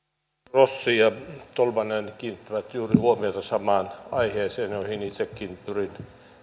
rossi ja tolvanen kiinnittivät juuri huomiota samaan aiheeseen johon itsekin pyrin